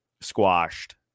squashed